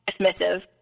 dismissive